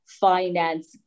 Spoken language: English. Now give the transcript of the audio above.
finance